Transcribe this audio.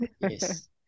Yes